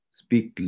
speak